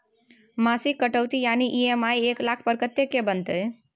मासिक कटौती यानी ई.एम.आई एक लाख पर कत्ते के बनते?